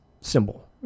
symbol